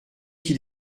qui